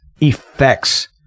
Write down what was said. effects